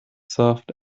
soft